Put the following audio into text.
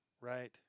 Right